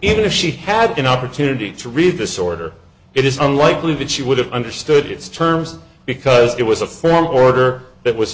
if she had an opportunity to read this order it is unlikely that she would have understood its terms because it was a form order that was